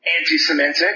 anti-Semitic